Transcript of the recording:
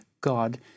God